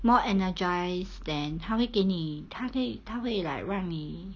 more energised then 他会给你他会他会 like 让你